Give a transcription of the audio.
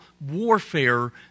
warfare